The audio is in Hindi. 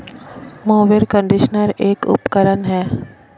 मोवेर कंडीशनर एक उपकरण है